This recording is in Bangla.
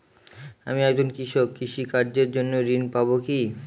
আমি একজন কৃষক কৃষি কার্যের জন্য ঋণ পাব কি?